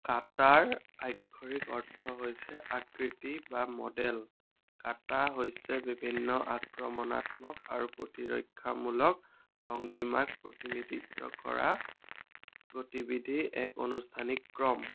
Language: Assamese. কাটাৰ আক্ষৰিক অৰ্থ হৈছে আকৃতি বা মডেল কাটা হৈছে বিভিন্ন আক্ৰমণাত্মক আৰু প্ৰতিৰক্ষামূলক ভংগীমাক প্ৰতিনিধিত্ব কৰা গতিবিধিৰ এক অনুষ্ঠানিক ক্ৰম